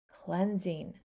cleansing